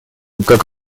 как